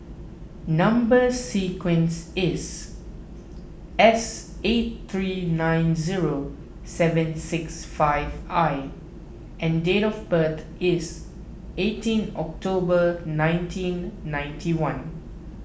Number Sequence is S eight three nine zero seven six five I and date of birth is eighteen October nineteen ninety one